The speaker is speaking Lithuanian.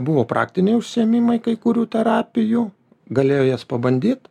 buvo praktiniai užsiėmimai kai kurių terapijų galėjo jas pabandyt